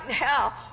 now